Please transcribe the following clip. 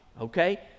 okay